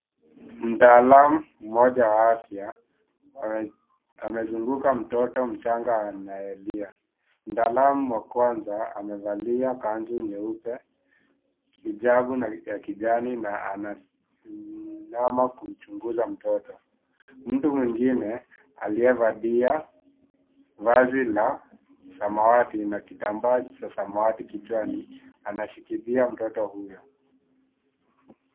Mtaalam mmoja wa afya amezunguka mtoto mchanga anayelia, mtaalam wa kwanza amevalia kanzu nyeupe hijabu ya kijani na anainama kuchunguza mtoto, mtu mwingine aliyevalia vazi la samawati na kitambaa cha samawati kichwani anashikilia mtoto huyo